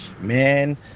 Man